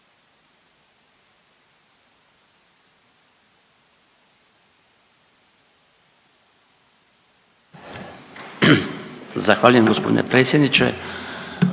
Zahvaljujem gospodine predsjedniče.